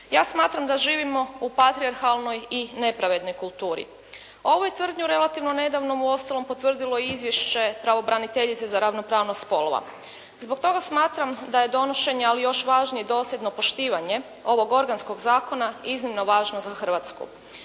ja smatram da živimo u patrijarhalnoj i nepravednoj kulturi. Ovu je tvrdnju relativno nedavno uostalom potvrdilo i izvješće pravobraniteljice za ravnopravnost spolova. Zbog toga smatram da je donošenje ali još važnije dosljedno poštivanje ovog organskog zakona iznimno važno za Hrvatsku.